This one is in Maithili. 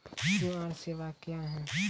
क्यू.आर सेवा क्या हैं?